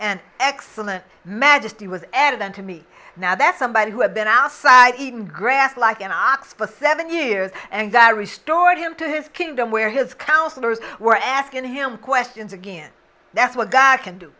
and excellent majesty was evident to me now that somebody who had been outside eating grass like an ox for seven years and i restored him to his kingdom where his counselors were asking him questions again that's what god can do